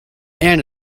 ann